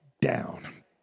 down